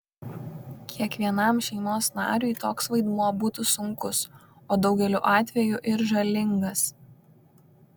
kiekvienam šeimos nariui toks vaidmuo būtų sunkus o daugeliu atvejų ir žalingas